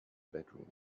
bedroom